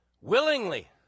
Willingly